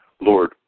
Lord